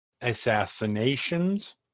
assassinations